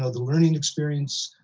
ah the learning experience